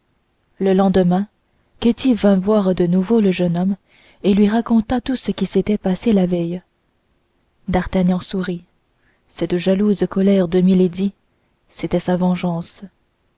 le lendemain ketty vint voir de nouveau le jeune homme et lui raconta tout ce qui s'était passé la veille d'artagnan sourit cette jalouse colère de milady c'était sa vengeance